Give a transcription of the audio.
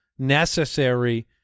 necessary